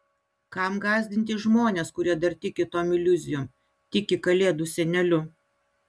kam gąsdinti žmones kurie dar tiki tom iliuzijom tiki kalėdų seneliu